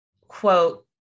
quote